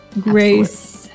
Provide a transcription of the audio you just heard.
grace